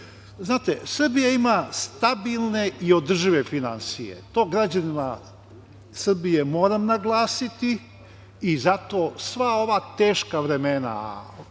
Srbija ima stabilne i održive finansije. To građanima Srbije moram naglasiti i zato sva ova teška vremena,